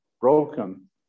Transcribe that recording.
broken